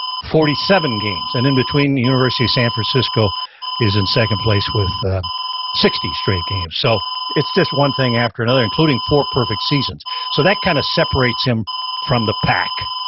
forty seven games, and in between the university of san francisco is in second place with sixty straight games. so it's just one thing after another, including four perfect seasons. so that kind of separates him from the pack.